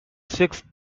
sixth